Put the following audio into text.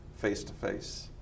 face-to-face